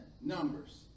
numbers